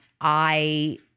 I-